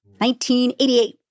1988